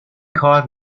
کار